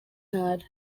ntara